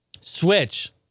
switch